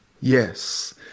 Yes